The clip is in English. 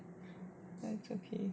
but is okay